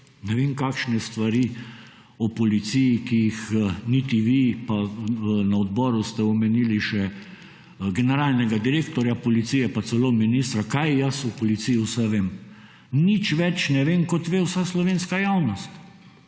da vem kakšne stvari o policiji, ki jih niti vi, pa na odboru ste omenili še generalnega direktorja policije, pa celo ministra, kaj jaz o policiji vse vem. Nič več ne vem, kot ve vsa slovenska javnost.